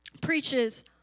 preaches